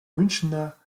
münchner